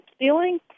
ceiling